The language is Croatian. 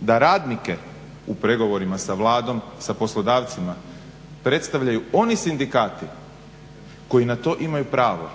da radnike u pregovorima sa Vladom, sa poslodavcima predstavljaju oni sindikati koji na to imaju pravo,